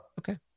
Okay